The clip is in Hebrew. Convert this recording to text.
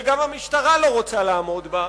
וגם המשטרה לא רוצה לעמוד בה,